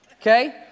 Okay